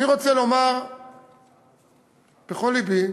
אני רוצה לומר בכל לבי,